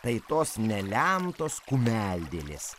tai tos nelemtos kumeldėlės